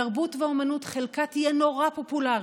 תרבות ואומנות, חלקה תהיה נורא פופולרית,